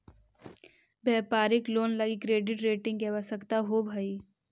व्यापारिक लोन लगी credit rating के आवश्यकता होवऽ हई